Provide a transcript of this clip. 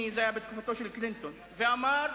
שבראשה עומד חבר הכנסת משכמו ומעלה.